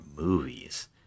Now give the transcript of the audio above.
movies